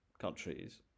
countries